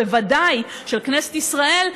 וודאי של כנסת ישראל,